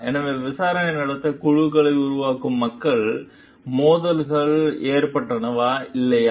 எனவே விசாரணை நடத்த குழுக்களை உருவாக்கும் மக்களுக்கு வட்டி மோதல்கள் ஏற்பட்டனவா இல்லையா